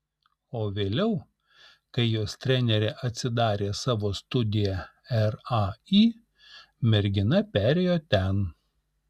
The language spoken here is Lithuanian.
o vėliau kai jos trenerė atsidarė savo studiją rai mergina perėjo ten